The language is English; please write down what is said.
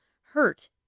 hurt